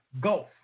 gulf